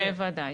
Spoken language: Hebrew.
בוודאי.